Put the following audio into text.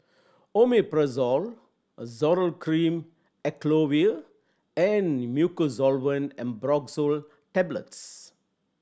Omeprazole Zoral Cream Acyclovir and Mucosolvan Ambroxol Tablets